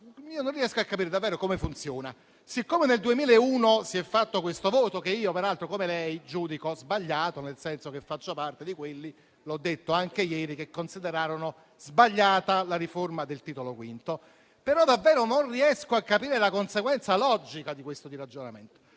non riesco a capire davvero come funziona. Nel 2001 c'è stato questo voto, che io peraltro, come lei, giudico sbagliato, nel senso che faccio parte di quelli - l'ho detto anche ieri - che considerarono sbagliata la riforma del Titolo V. Non riesco però davvero a capire la conseguenza logica di questo ragionamento.